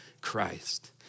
Christ